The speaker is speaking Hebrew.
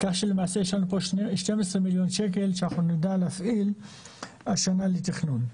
כך שלמעשה יש לנו פה 12 מיליון שקל שאנחנו נדע להפעיל השנה לתכנון.